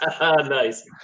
Nice